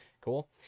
Cool